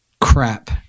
crap